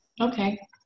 Okay